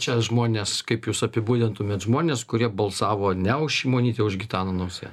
čia žmonės kaip jūs apibūdintumėt žmones kurie balsavo ne už šimonytę o už gitaną nausėdą